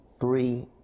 three